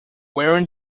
wearing